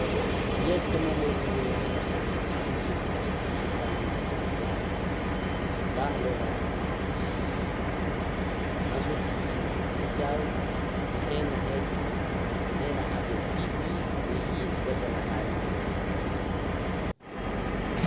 Miezaka mamorony hena sentetika ny mpahay siansa any amin'ny laboratoare, izaho aloha tsy!!! mazoto tsy hihinana satria, ny hena haiko, ny hena avy amin'ny biby, le izy voajanahary iny zany no tegna izy aminazy.